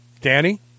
Danny